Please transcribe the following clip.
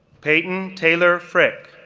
payton taylor fricke,